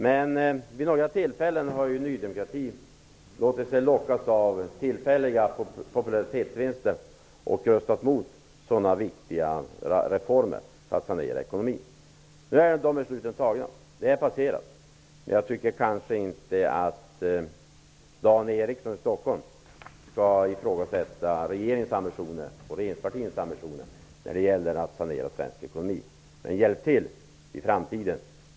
Men vid några tillfällen har Ny demokrati låtit sig lockas av tillfälliga popularitetsvinster och röstat emot sådana viktiga reformer för att sanera ekonomin. Nu är besluten fattade och saken är passerad, men jag tycker inte att Dan Eriksson i Stockholm skall ifrågasätta regeringens ambitioner när det gäller att sanera svensk ekonomi. Hjälp i stället till i framtiden!